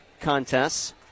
contests